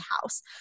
house